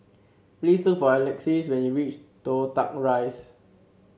please look for Alexis when you reach Toh Tuck Rise